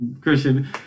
Christian